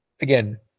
again